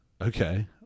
okay